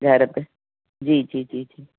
घर ते जी जी जी जी